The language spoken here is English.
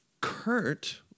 Kurt